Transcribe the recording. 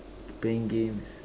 playing games